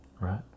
right